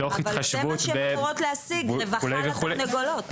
זה מה שהן אמורות להשיג, רווחה לתרנגולות.